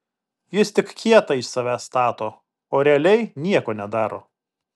jis tik kietą iš savęs stato o realiai nieko nedaro